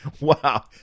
Wow